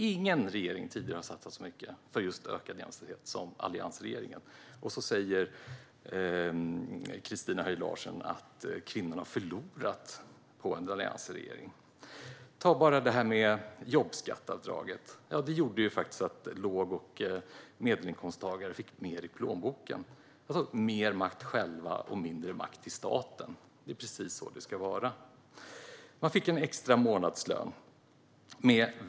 Ingen tidigare regering har satsat så mycket på ökad jämställdhet som alliansregeringen, och så säger Christina Höj Larsen att kvinnorna har förlorat på en alliansregering. Ta bara detta med jobbskatteavdraget. Det gjorde faktiskt att låg och medelinkomsttagare fick mer i plånboken. De fick mer makt själva, och staten fick mindre makt; det är precis så det ska vara. Man fick en extra månadslön.